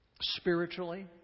spiritually